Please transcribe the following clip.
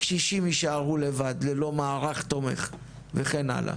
קשישים יישארו לבד ללא מערך תומך וכן הלאה.